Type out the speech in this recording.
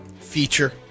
feature